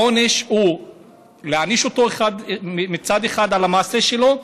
העונש הוא כדי להעניש אותו מצד אחד על המעשה שלו,